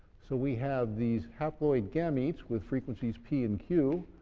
so we have these haploid gametes, with frequencies p and q.